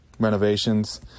renovations